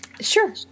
Sure